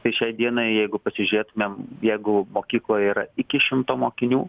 tai šiai dienai jeigu pasižiūrėtumėm jeigu mokykloje yra iki šimto mokinių